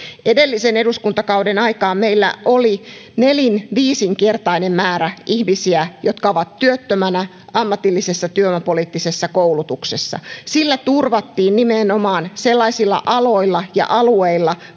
edellisen eduskuntakauden aikaan meillä oli nelin viisinkertainen määrä ihmisiä jotka olivat työttöminä ammatillisessa työvoimapoliittisessa koulutuksessa sillä turvattiin koulutusta nimenomaan sellaisilla aloilla ja alueilla